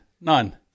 None